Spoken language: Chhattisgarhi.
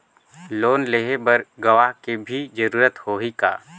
लोन लेहे बर गवाह के भी जरूरत होही का?